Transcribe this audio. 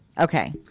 Okay